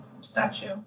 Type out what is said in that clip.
statue